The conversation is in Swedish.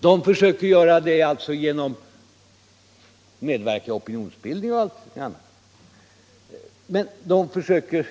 De försöker göra det genom att medverka i opinionsbildningen och på andra sätt, och de försöker